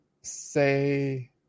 say